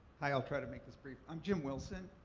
hi, i'll try to make this brief. i'm jim wilson.